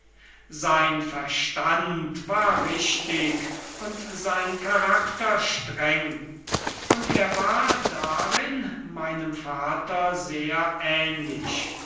sein verstand war richtig und sein charakter streng und er war darin meinem vater sehr ähnlich